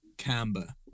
camber